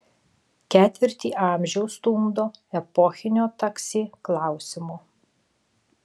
ketvirtį amžiaus stumdo epochinio taksi klausimo